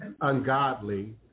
ungodly